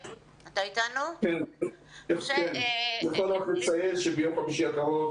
אני יכול רק לציין שביום חמישי הקרוב